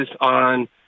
on